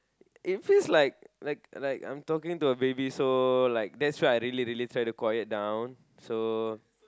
if he's like like like I'm talking to a baby so like that's why I really really try to quiet down so